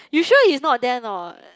you sure you not there not